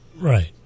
right